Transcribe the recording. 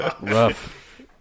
Rough